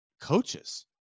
coaches